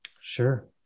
Sure